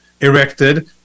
erected